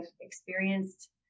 experienced